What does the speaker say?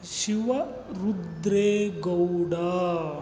Shivarudre Gowda